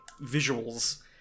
visuals